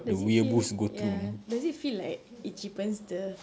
does it feel ya does it feel like it cheapens the